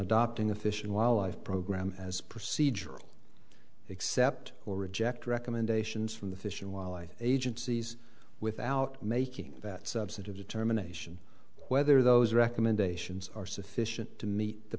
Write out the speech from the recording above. adopting a fish and wildlife program as procedural except or reject recommendations from the fish and wildlife agencies without making that subset of determination whether those recommendations are sufficient to meet the